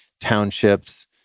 Townships